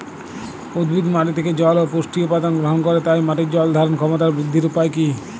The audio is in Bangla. উদ্ভিদ মাটি থেকে জল ও পুষ্টি উপাদান গ্রহণ করে তাই মাটির জল ধারণ ক্ষমতার বৃদ্ধির উপায় কী?